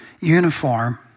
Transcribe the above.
uniform